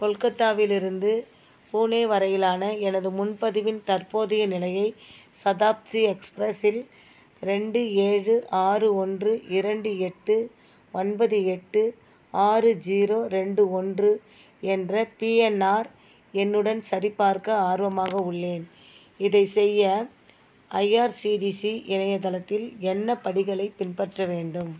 கொல்கத்தாவிலிருந்து பூனே வரையிலான எனது முன்பதிவின் தற்போதைய நிலையை சதாப்தி எக்ஸ்ப்ரஸில் ரெண்டு ஏழு ஆறு ஒன்று இரண்டு எட்டு ஒன்பது எட்டு ஆறு ஜீரோ ரெண்டு ஒன்று என்ற பிஎன்ஆர் எண்ணுடன் சரி பார்க்க ஆர்வமாக உள்ளேன் இதைச் செய்ய ஐஆர்சிடிசி இணையத் தளத்தில் என்ன படிகளைப் பின்பற்ற வேண்டும்